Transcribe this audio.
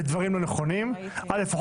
אל"ף,